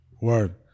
Word